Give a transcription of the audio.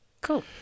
cool